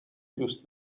دوست